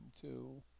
two